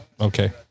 okay